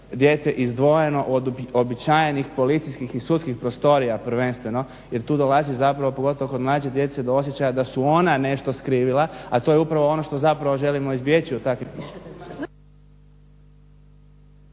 dijete izdvojeno od uobičajenih policijskih i sudskih prostorija prvenstveno jer tu dolazi zapravo pogotovo kod mlađe djece do osjećaja da su ona nešto skrivila, a to je upravo ono što zapravo želimo izbjeći u takvim